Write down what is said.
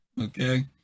okay